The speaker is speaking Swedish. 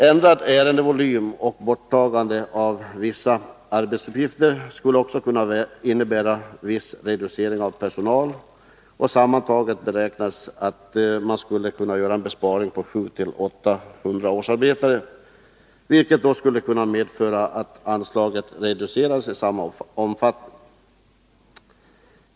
En ändrad ärendevolym och borttagandet av vissa arbetsuppgifter skulle också kunna innebära en viss reducering av personalen. Sammantaget beräknas att man skulle kunna göra en besparing på 700-800 årsarbetare, vilket skulle kunna medföra att anslaget reducerades i samma omfattning.